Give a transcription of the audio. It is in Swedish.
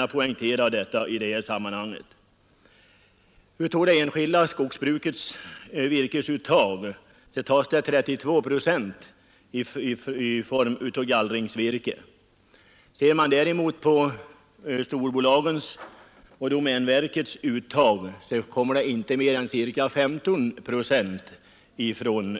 Av det enskilda skogsbrukets virkesuttag tas 32 procent i form av gallringsvirke. Av storbolagens och domänverkets uttag kommer inte mer än ca 15 procent från